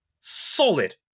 solid